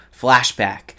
Flashback